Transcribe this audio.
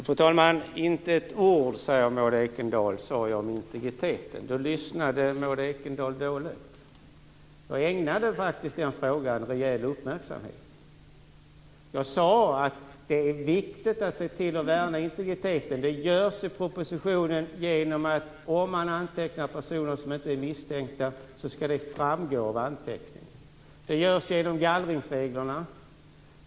Fru talman! Inte ett ord säger Maud Ekendahl att jag sade om integriteten. Då lyssnade Maud Ekendahl dåligt. Jag ägnade faktiskt den frågan rejäl uppmärksamhet. Jag sade att det är viktigt att se till att värna integriteten. Det görs i propositionen. Om man antecknar personer som inte är misstänkta så skall det framgå av anteckningarna. Det görs genom gallringsreglerna.